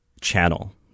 channel